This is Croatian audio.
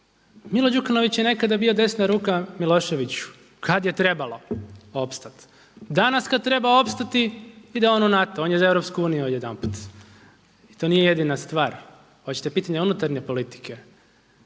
Milo Đukanović je nekada bio desna ruka Miloševiću kada je trebalo opstati, danas kada treba opstati ide on u NATO, on je za Europsku uniju odjedanput. I to nije jedina stvar, hoćete pitanje unutarnje politike?